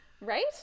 Right